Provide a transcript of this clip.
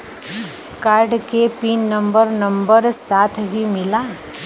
Card के pin number number साथही मिला?